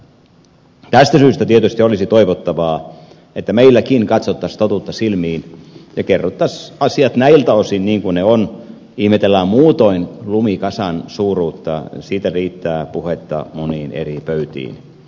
tästä syystä tietysti olisi toivottavaa että meilläkin katsottaisiin totuutta silmiin ja kerrottaisiin asiat näiltä osin niin kuin ne ovat ihmetellään muutoin lumikasan suuruutta siitä riittää puhetta moniin eri pöytiin